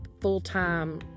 full-time